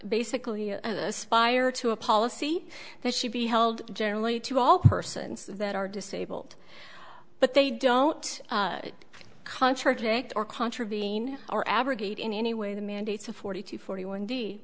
basically aspire to a policy that should be held generally to all persons that are disabled but they don't contradict or contravene are abrogate in any way the mandates of forty two forty one d